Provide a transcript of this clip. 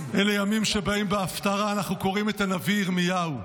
אלה ימים שבהם בהפטרה אנחנו קוראים את הנביא ירמיהו.